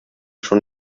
schon